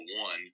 one